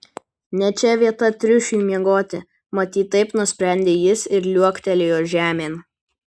ne čia vieta triušiui miegoti matyt taip nusprendė jis ir liuoktelėjo žemėn